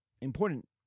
important